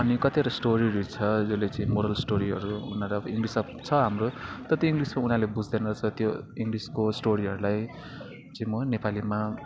अनि कतिवटा स्टोरीहरू छ जसले चाहिँ मोरल स्टोरीहरू उनीहरू अब इङ्गलिसमा छ हाम्रो तर त्यो इङ्गलिसको उनीहरूले बुझ्दैन रहेछ त्यो इङ्गलिसको स्टोरीहरूलाई चाहिँ म नेपालीमा